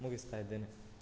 ಮುಗಿಸ್ತಾ ಇದ್ದೇನೆ